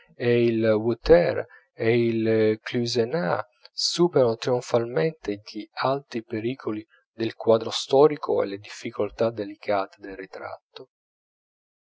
il wauters o il cluysenaar superano trionfalmente gli alti pericoli del quadro storico e le difficoltà delicate del ritratto